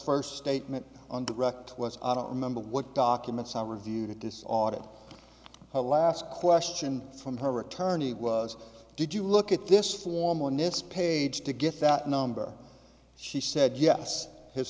first statement on direct was i don't remember what documents i reviewed this audit last question from her attorney was did you look at this form on its page to get that number she said yes his